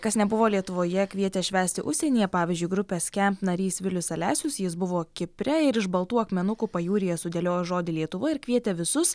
kas nebuvo lietuvoje kvietė švęsti užsienyje pavyzdžiui grupės skamp narys vilius alesius jis buvo kipre ir iš baltų akmenukų pajūryje sudėliojo žodį lietuva ir kvietė visus